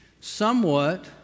somewhat